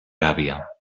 gàbia